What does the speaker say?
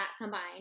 combined